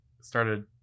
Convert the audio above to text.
started